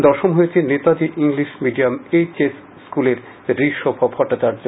দশম হয়েছে Netaji English medium H S স্কুলের ঋষভ ভট্টাচার্য